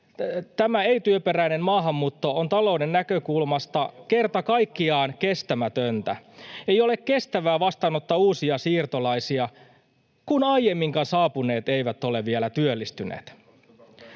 tämä ei-työperäinen maahanmuutto on talouden näkökulmasta kerta kaikkiaan kestämätöntä. Ei ole kestävää vastaanottaa uusia siirtolaisia, kun aiemminkaan saapuneet eivät ole vielä työllistyneet.